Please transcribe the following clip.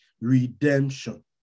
redemption